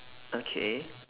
okay